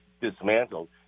dismantled